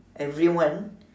everyone